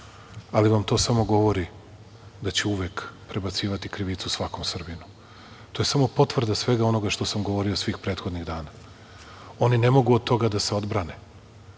to vam samo govori da će uvek prebacivati krivicu svakom Srbinu. To je samo potvrda svega onoga što sam govorio svih prethodnih dana. Oni ne mogu od toga da se odbrane